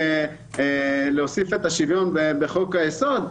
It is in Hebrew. להוסיף את השוויון בחוק היסוד,